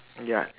ya